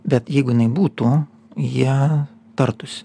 bet jeigu jinai būtų jie tartųsi